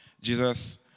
Jesus